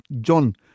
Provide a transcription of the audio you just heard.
John